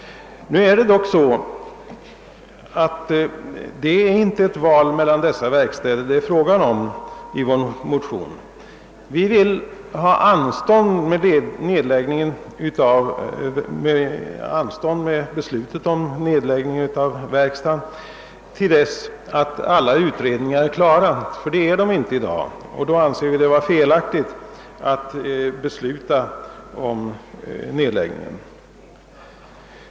Nu är det dock i vår motion inte fråga om ett val mellan dessa verkstäder. Nej, vi vill ha anstånd med beslutet om nedläggningen av verkstaden till dess att alla utredningar är klara — ty det är de inte i dag, och då anser vi det vara felaktigt att fatta beslut om nedläggning.